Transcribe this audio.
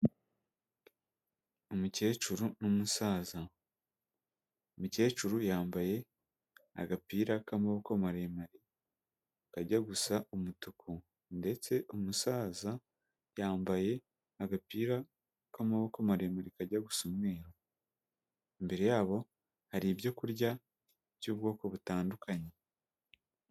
Umukecuru n'umusaza, umukecuru yambaye agapira k'amaboko maremare kajya gusa umutuku ndetse umusaza yambaye agapira k'amaboko maremare kajya gusa umweru, imbere yabo hari ibyo kurya by'ubwoko butandukanye.